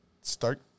start